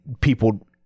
People